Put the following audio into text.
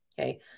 Okay